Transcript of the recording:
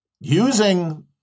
Using